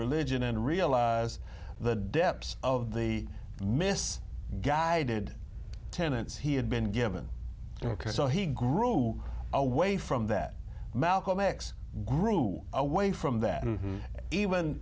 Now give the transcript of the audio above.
religion and realize the depths of the mis guided tenants he had been given so he grew away from that malcolm x grew away from that and even